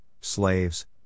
slaves